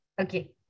Okay